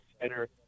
center